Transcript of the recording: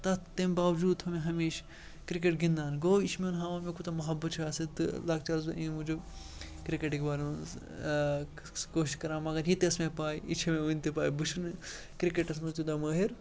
تَتھ تیٚمہِ باوجوٗد تھوٚو مےٚ ہمیشہِ کِرٛکٮ۪ٹ گِنٛدان گوٚو یہِ چھِ میون ہاوان مےٚ کوٗتاہ محبت چھُ اَتھ سۭتۍ تہٕ لۄکچارَس اوسُس بہٕ اَمہِ موٗجوٗب کِرٛکٮ۪ٹٕکۍ بارے منٛز کوٗشِش کَران مگر یہِ تہِ ٲس مےٚ پَے یہِ چھِ مےٚ وٕنۍ تہِ پَے بہٕ چھُس نہٕ کِرٛکٮ۪ٹَس منٛز تیوٗتاہ مٲہِر